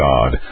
God